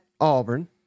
Auburn